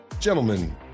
gentlemen